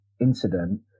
incident